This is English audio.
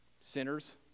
Sinners